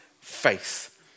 faith